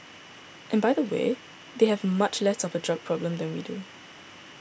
and by the way they have much less of a drug problem than we do